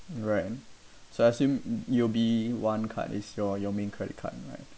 all right so I assume m~ U_O_B one card is your your main credit card right